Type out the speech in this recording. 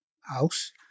house